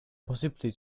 possibly